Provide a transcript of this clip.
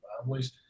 families